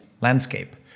landscape